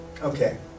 Okay